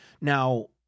Now